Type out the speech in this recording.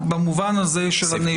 (ג)